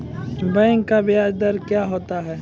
Bank का ब्याज दर क्या होता हैं?